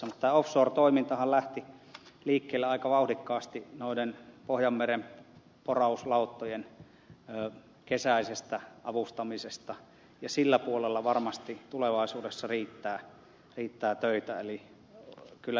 mutta tämä offshore toimintahan lähti liikkeelle aika vauhdikkaasti pohjanmeren porauslauttojen kesäisestä avustamisesta ja sillä puolella varmasti tulevaisuudessa riittää töitä eli kyllä liiketoimintamahdollisuuksia on